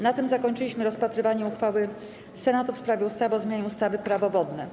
Na tym zakończyliśmy rozpatrywanie uchwały Senatu w sprawie ustawy o zmianie ustawy - Prawo wodne.